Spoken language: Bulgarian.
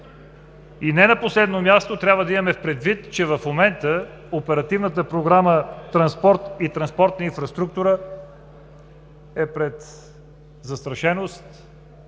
Не на последно място трябва да имаме предвид, че в момента Оперативната програма „Транспорт и транспортна инфраструктура“ е пред застрашеност